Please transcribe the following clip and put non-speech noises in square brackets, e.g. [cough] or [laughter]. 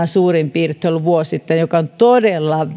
[unintelligible] suurin piirtein kaksitoista miljoonaa joka on todella [unintelligible]